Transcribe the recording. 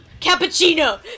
Cappuccino